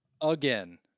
again